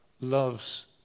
loves